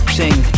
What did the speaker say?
sing